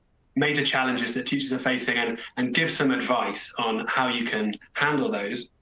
major challenges that teachers are facing and and give some advice on how you can handle those,